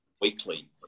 weekly